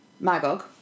Magog